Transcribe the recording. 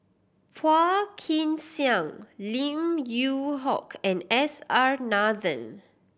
Phua Kin Siang Lim Yew Hock and S R Nathan